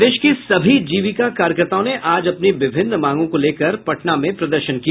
प्रदेश की सभी जीविका कार्यकर्ताओं ने आज अपनी विभिन्न मांगों को लेकर पटना में प्रदर्शन किया